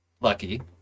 lucky